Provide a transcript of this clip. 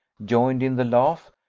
joined in the laugh,